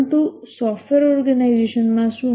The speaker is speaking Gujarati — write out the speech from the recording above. પરંતુ સોફ્ટવેર ઓર્ગેનાઈઝેશનમાં શું